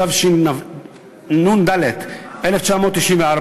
התשנ"ד 1994,